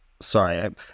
sorry